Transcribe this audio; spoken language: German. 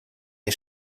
der